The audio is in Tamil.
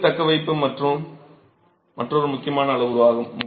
நீர் தக்கவைப்பு மற்றொரு முக்கியமான அளவுரு ஆகும்